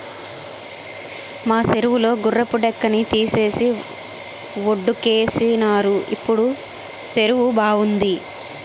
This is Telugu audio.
మా సెరువు లో గుర్రపు డెక్కని తీసేసి వొడ్డుకేసినారు ఇప్పుడు సెరువు బావుంది